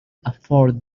afford